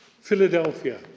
Philadelphia